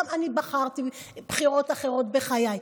גם אני בחרתי בחירות אחרות בחיי,